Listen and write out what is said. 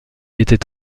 était